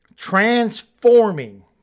transforming